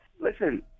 listen